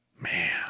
Man